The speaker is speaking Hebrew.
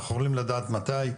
אנחנו יכולים לדעת מתי,